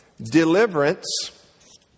deliverance